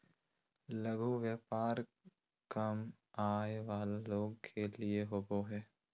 लघु व्यापार कम आय वला लोग के लिए होबो हइ